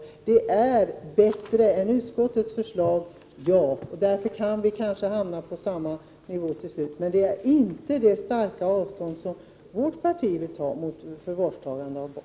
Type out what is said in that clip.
Men uttalandet är bättre än utskottets förslag, och därför hamnar vi kanske till slut på samma linje. Vad centern säger här är dock inte detsamma som vårt starka avståndstagande från förvarstagande av barn.